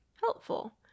helpful